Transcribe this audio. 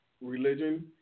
religion